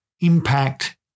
impact